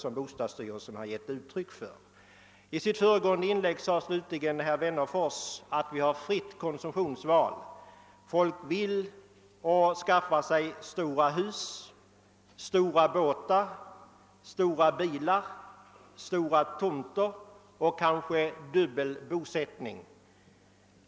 I sitt föregående inlägg sade herr Wennerfors att vi har fritt konsumtionsval. Folk vill och kan skaffa sig stora hus, stora båtar, stora bilar, stora tomter och kanske dubbel bosättning.